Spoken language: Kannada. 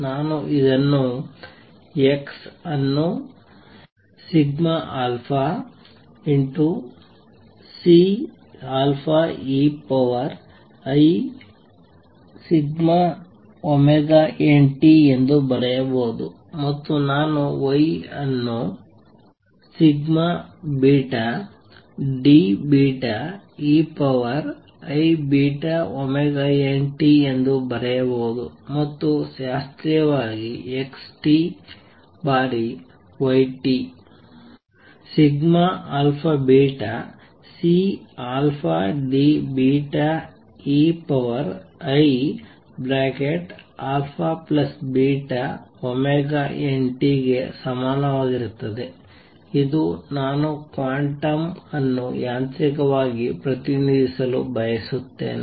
ನಾನು ಇದನ್ನು x ಅನ್ನು Ceiαωnt ಎಂದು ಬರೆಯಬಹುದು ಮತ್ತು ನಾನು y ಅನ್ನು Deiβωnt ಎಂದು ಬರೆಯಬಹುದು ಮತ್ತು ಶಾಸ್ತ್ರೀಯವಾಗಿ x ಬಾರಿ y αβCDeiαβωnt ಗೆ ಸಮನಾಗಿರುತ್ತದೆ ಇದು ನಾನು ಕ್ವಾಂಟಮ್ ಅನ್ನು ಯಾಂತ್ರಿಕವಾಗಿ ಪ್ರತಿನಿಧಿಸಲು ಬಯಸುತ್ತೇನೆ